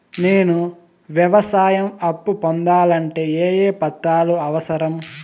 నేను వ్యవసాయం అప్పు పొందాలంటే ఏ ఏ పత్రాలు అవసరం?